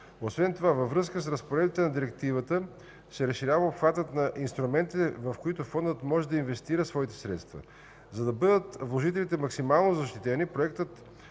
Освен това, във връзка с разпоредбите на Директивата се разширява обхватът на инструментите, в които Фондът може да инвестира своите средства. За да бъдат вложителите максимално защитени, Проектът